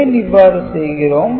ஏன் இவ்வாறு செய்கிறோம்